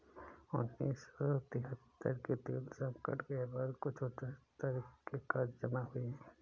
उन्नीस सौ तिहत्तर के तेल संकट के बाद कुछ उच्च स्तर के कर्ज जमा हुए